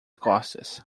costas